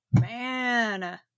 Man